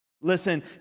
Listen